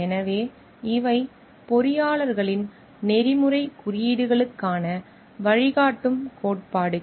எனவே இவை பொறியாளர்களின் நெறிமுறைக் குறியீடுகளுக்கான வழிகாட்டும் கோட்பாடுகள்